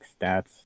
stats